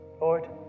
Lord